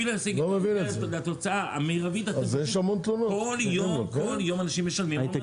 כל יום אנשים משלמים הון.